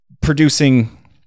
producing